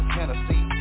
Tennessee